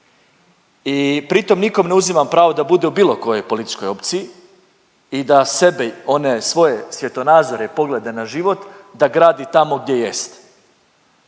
i pritom ne nikom ne uzimam pravo da bude u bilo kojoj političkoj opciji i da sebe i one svoje svjetonazore i poglede na život, da gradi tamo gdje jest.